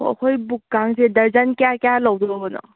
ꯑꯣ ꯑꯩꯈꯣꯏ ꯕꯨꯛꯀꯥꯁꯦ ꯗꯔꯖꯟ ꯀꯌꯥ ꯀꯌꯥ ꯂꯧꯒꯗꯧꯕꯅꯣ